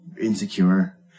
insecure